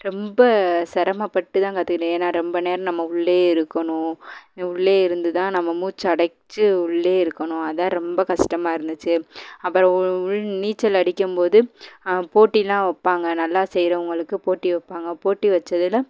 ரொம்ப சிரமப்பட்டு தான் கற்றுக்கிட்டேன் ஏன்னால் ரொம்ப நேரம் நம்ம உள்ளையே இருக்கணும் உள்ளையே இருந்து தான் நம்ம மூச்சடைச்சி உள்ளேயே இருக்கணும் அதுதான் ரொம்ப கஷ்டமாக இருந்துச்சு அப்புறம் உள் உள் நீச்சல் அடிக்கும்போது போட்டியெலாம் வைப்பாங்க நல்லா செய்கிறவங்களுக்கு போட்டி வைப்பாங்க போட்டி வச்சதில்